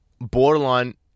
Borderline